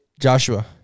Joshua